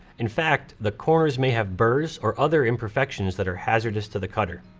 in fact, the cores may have burrs or other imperfections that are hazardous to the cutter.